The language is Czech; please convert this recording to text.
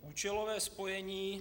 Účelové spojení.